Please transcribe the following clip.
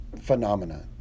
phenomenon